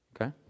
Okay